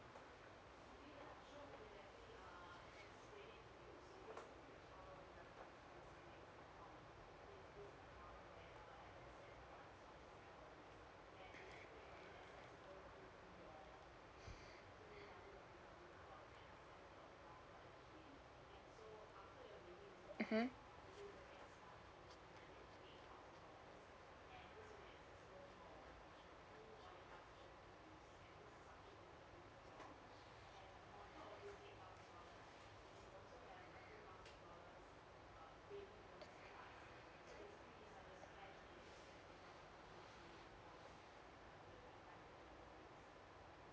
mmhmm